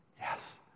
yes